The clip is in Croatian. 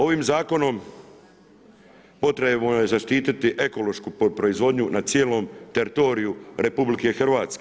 Ovim zakonom, potrebno je zaštiti ekološku proizvodnju na cijelom teritoriju RH.